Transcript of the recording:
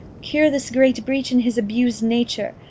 cure this great breach in his abused nature!